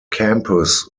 campus